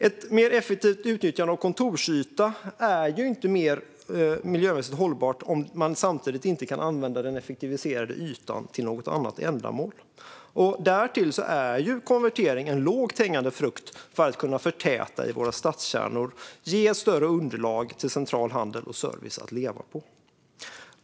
Ett mer effektivt utnyttjande av kontorsyta är ju inte mer miljömässigt hållbart om man inte samtidigt kan använda den effektiviserade ytan till något annat ändamål. Därtill är konvertering en lågt hängande frukt för att kunna förtäta i våra stadskärnor och ge ett större underlag till central handel och service att leva på.